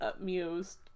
amused